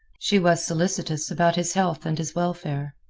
she was solicitous about his health and his welfare.